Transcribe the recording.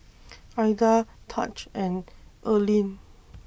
Aida Tahj and Erline